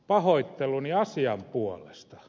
pahoitteluni asian puolesta